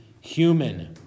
human